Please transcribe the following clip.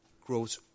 growth